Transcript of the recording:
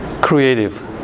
creative